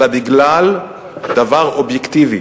אלא בגלל דבר אובייקטיבי: